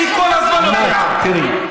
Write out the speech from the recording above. עוד זכות לאומית לקבוצת הרוב.